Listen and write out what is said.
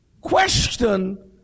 Question